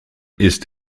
ist